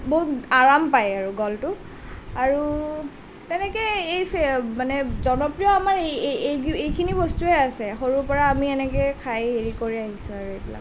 বহুত আৰাম পাই আৰু গলটো আৰু তেনেকেই এই মানে জনপ্ৰিয় আমাৰ এইখিনি বস্তুৱে আছে সৰুৰ পৰা আমি এনেকে খাই হেৰি কৰি আহিছোঁ আৰু এইবিলাক